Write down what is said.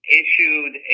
issued